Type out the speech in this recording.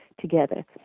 together